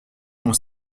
mon